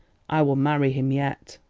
i will marry him yet.